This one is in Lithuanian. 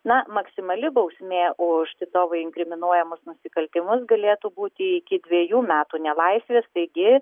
na maksimali bausmė už titovui inkriminuojamus nusikaltimus galėtų būti iki dviejų metų nelaisvės taigi